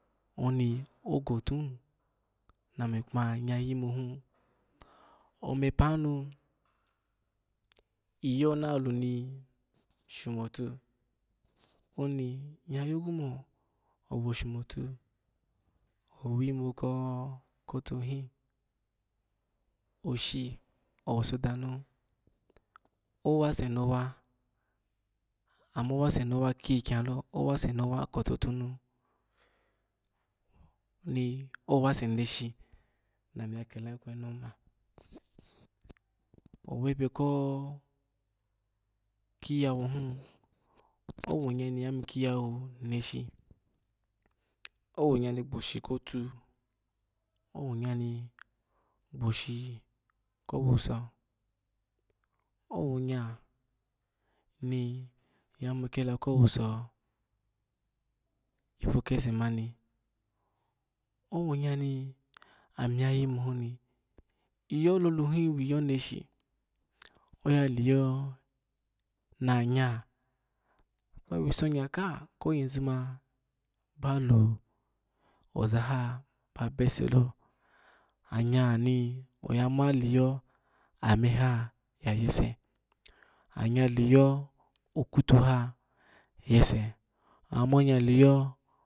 Oni ogtu hin nami kuna, nyya yimu hi omeppe nu iyo naluni shumotu, oni nyya yogu mo oshumotu owimu koka tuhim oshi owuso danu owase nowa amo wa se nowa kiyi lilalo lowas se nowo ko to tu him ni owase nesshi nami ya kela kweyi him moma, owe be ko kiwa wohi owonya ni yayimu yiyawu neshi owonya ni gbo shi kotu owonyani gbo shi kowuso owonya niya yimu kela kowuso ifu kese mani own nya ni ami yayimu hin ni iyo louhin wiyo neshi oya liyo na nya kpa wiso nya ka koyozu ma baloni ozaha babese lo anya ni oya ma ilyo ame he yayese anya liyo okutuha yayese amanya liyo